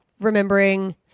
remembering